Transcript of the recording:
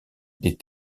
des